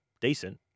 decent